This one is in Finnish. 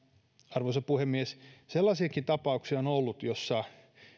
arvoisa puhemies sellaisiakin tapauksia on ollut joissa